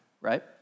right